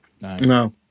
no